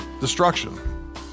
destruction